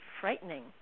frightening